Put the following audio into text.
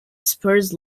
spurs